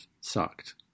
sucked